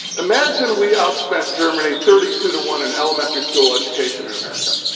imagine we outspent germany thirty two to one in elementary school education in america.